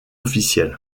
officiels